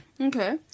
Okay